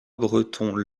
breton